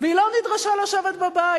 והיא לא נדרשה לשבת בבית.